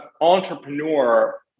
entrepreneur